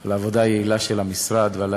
על העבודה היעילה של המשרד ועל